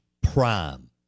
Prime